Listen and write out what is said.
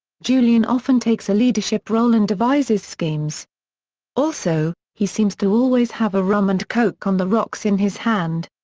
julian often takes a leadership role and devises schemes also, he seems to always have a rum and coke-on-the-rocks in his hand.